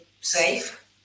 safe